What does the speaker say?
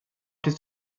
tills